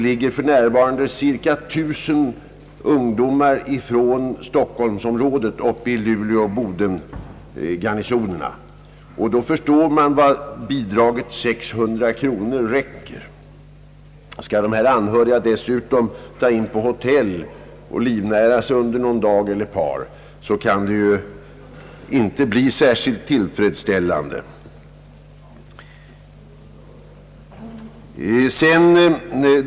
För närvarande ligger tusen ungdomar från stockholmsområdet uppe i Luleåoch Bodengarnisonerna, och då förstår man hur långt bidraget på 600 kronor räcker. Skall de anhöriga dessutom ta in på hotell och livnära sig under en eller ett par dagar kan medelstillgången inte vara särskilt tillfredsställande.